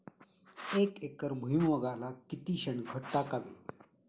एक एकर भुईमुगाला किती शेणखत टाकावे?